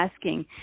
asking